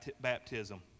baptism